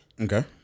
Okay